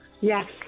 Yes